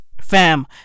Fam